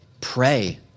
pray